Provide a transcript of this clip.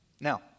Now